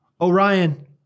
Orion